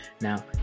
Now